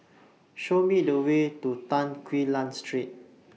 Show Me The Way to Tan Quee Lan Street